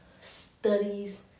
studies